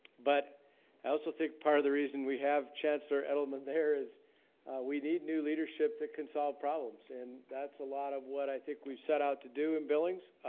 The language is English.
but i also think part of the reason we have chancellor edelman here is we need new leadership that can solve problems. and that's a lot of what i think we've set out to do in billings.